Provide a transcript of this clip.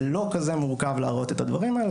זה לא כזה מורכב להראות את הדברים האלה,